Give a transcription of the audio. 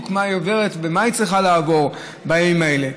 מה היא עוברת ומה היא צריכה לעבור בימים האלה.